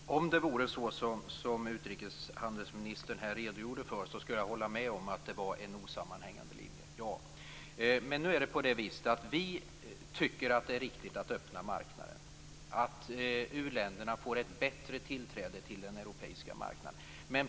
Fru talman! Om det vore så som utrikeshandelsministern här redogjorde för skulle jag hålla med om att det var en osammanhängande linje, ja. Men nu är det på det viset att vi tycker att det är riktigt att öppna marknaden, att u-länderna får en bättre tillträde till den europeiska marknaden.